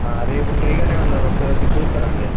రేపు ఫ్రీగానే ఉన్నాను ఒకసారి వచ్చి చూస్తారా అండి